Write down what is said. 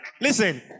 listen